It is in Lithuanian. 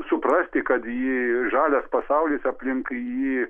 suprasti kad ji žalias pasaulis aplink jį